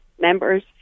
members